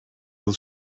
yıl